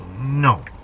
no